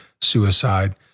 suicide